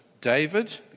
David